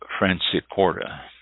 francicorda